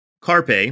Carpe